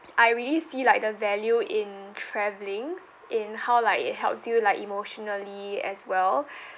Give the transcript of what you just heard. I really see like the value in travelling in how like it helps you like emotionally as well